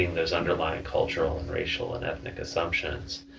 those underlying cultural, racial and like assumptions.